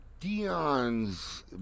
Dion's